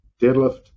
deadlift